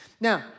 Now